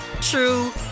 true